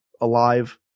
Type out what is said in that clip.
alive